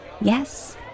Yes